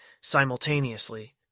simultaneously